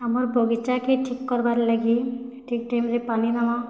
ଆମର୍ ବଗିଚାକେ ଠିକ୍ କରବାର ଲାଗି ଠିକ୍ ଟାଇମ୍ରେ ପାନି ଦମାଁ